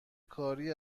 کاری